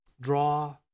Draw